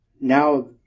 now